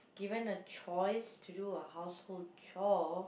given a choice to do a household chore